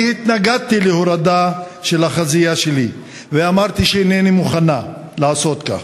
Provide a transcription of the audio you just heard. אני התנגדתי להורדה של החזייה שלי ואמרתי שאינני מוכנה לעשות כך.